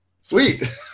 sweet